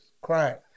Crying